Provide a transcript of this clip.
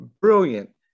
Brilliant